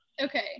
Okay